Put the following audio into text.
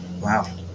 Wow